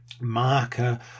marker